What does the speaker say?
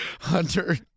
Hunter